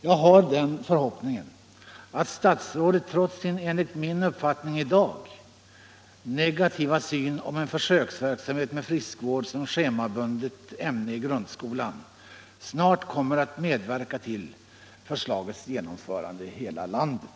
Jag har den förhoppningen att statsrådet, trots sin enligt min uppfattning i dag negativa syn på en försöksverksamhet med friskvård som schemabundet ämne i grundskolan, snart kommer att medverka till förslagets genomförande i hela landet.